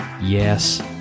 Yes